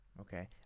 okay